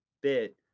bit